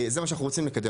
זה מה שאנחנו רוצים לקדם,